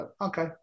Okay